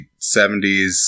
70s